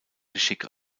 geschick